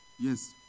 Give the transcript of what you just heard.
yes